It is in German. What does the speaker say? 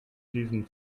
diesem